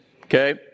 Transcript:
okay